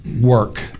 work